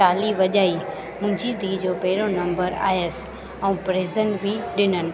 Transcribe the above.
ताली वॼाई मुंहिंजी धीअ जो पहिरियों नंबर आयसि ऐं प्रेज़ेंट बि ॾिननि